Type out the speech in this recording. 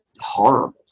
horrible